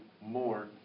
more